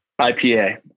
IPA